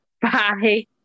bye